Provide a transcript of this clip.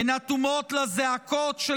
הן אטומות לזעקות של